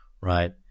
right